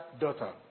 daughter